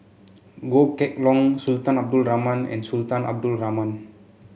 Goh Kheng Long Sultan Abdul Rahman and Sultan Abdul Rahman